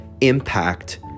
impact